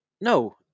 no